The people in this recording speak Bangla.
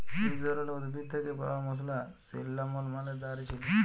ইক ধরলের উদ্ভিদ থ্যাকে পাউয়া মসলা সিল্লামল মালে দারচিলি